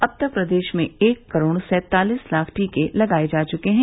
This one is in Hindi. अब तक प्रदेश में एक करोड़ सैंतालीस लाख टीके लगाये जा चुके हैं